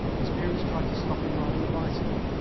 his parents tried to stop him riding a bicycle,